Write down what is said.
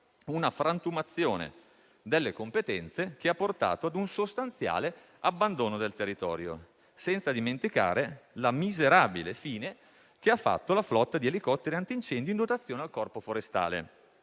Tale frantumazione delle competenze ha portato a un sostanziale abbandono del territorio, senza dimenticare la miserabile fine che ha fatto la flotta di elicotteri antincendio in dotazione al Corpo forestale,